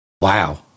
Wow